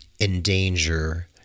endanger